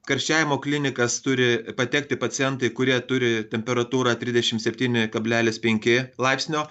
karščiavimo klinikas turi patekti pacientai kurie turi temperatūrą trisdešimt septyni kablelis penki laipsnio